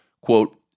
quote